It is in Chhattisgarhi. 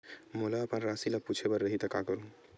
मोला अपन राशि ल पूछे बर रही त का करहूं?